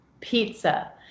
pizza